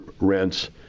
rents